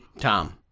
Tom